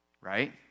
Right